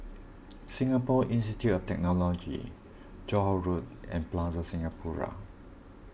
Singapore Institute of Technology Johore Road and Plaza Singapura